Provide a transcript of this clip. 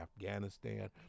Afghanistan